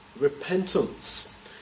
repentance